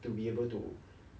to be able to